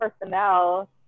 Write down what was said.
personnel